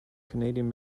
canadian